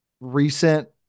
recent